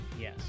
Yes